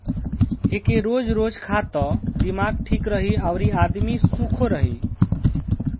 एके रोज रोज खा त दिमाग ठीक रही अउरी आदमी खुशो रही